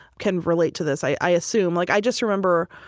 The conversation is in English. can relate to this, i assume. like i just remember,